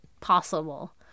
possible